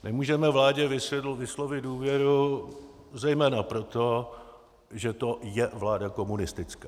Nemůžeme vládě vyslovit důvěru zejména proto, že to je vláda komunistická.